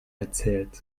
erzählt